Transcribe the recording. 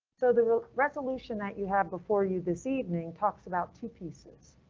so the resolution that you have before you this evening talks about two pieces.